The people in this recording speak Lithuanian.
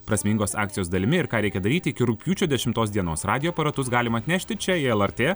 prasmingos akcijos dalimi ir ką reikia daryti iki rugpjūčio dešimtos dienos radijo aparatus galima atnešti čia į lrt